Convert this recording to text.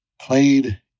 played